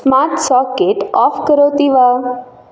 smart socket off करोति वा